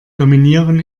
dominieren